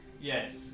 Yes